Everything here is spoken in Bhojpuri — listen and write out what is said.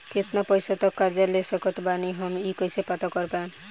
केतना पैसा तक कर्जा ले सकत बानी हम ई कइसे पता कर पाएम?